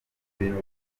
ibintu